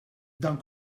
dan